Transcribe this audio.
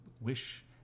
wish